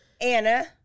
Anna